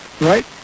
right